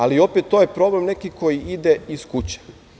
Ali, opet, to je problem neki koji ide iz kuće.